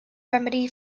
remedy